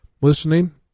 listening